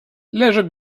leży